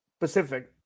Pacific